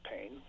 pain